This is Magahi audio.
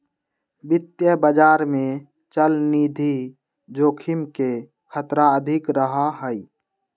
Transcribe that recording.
वित्तीय बाजार में चलनिधि जोखिम के खतरा अधिक रहा हई